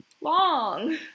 long